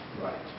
Right